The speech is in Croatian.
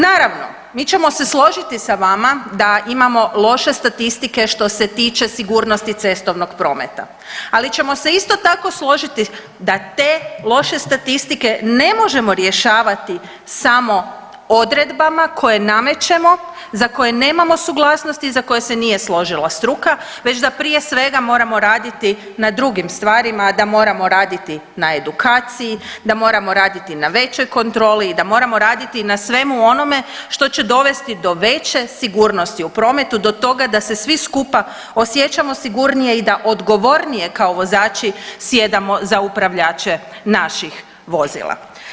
Naravno, mi ćemo se složiti sa vama da imamo loše statistike što se tiče sigurnosti cestovnog prometa, ali ćemo se isto tako složiti da te loše statistike ne možemo rješavati samo odredbama koje namećemo, za koje nemamo suglasnosti i za koje se nije složila struka već da prije svega moramo raditi na drugim stvarima, a da moramo raditi na edukaciji, da moramo raditi na većoj kontroli i da moramo raditi na svemu onome što će dovesti do veće sigurnosti u prometu do toga da se svi skupa osjećamo sigurnije i da odgovornije kao vozači sjedamo za upravljače naših vozila.